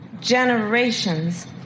generations